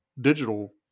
digital